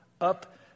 up